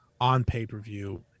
on-pay-per-view